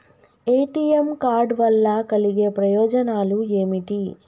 ATM card వల్ల కలిగే ప్రయోజనాలు ఏమిటి?